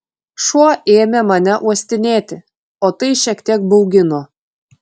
šuo ėmė mane uostinėti o tai šiek tiek baugino